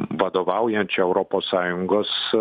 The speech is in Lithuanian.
vadovaujančia europos sąjungos